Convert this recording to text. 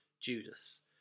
judas